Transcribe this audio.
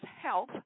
Health